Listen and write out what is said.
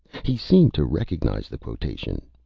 he seemed to recognize the quotation.